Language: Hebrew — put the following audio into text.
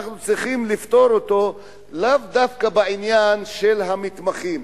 אנחנו צריכים לפתור אותו לאו דווקא בעניין של המתמחים.